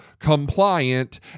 compliant